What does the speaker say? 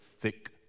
thick